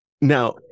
Now